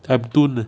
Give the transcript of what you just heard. I'm tun uh